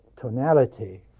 tonality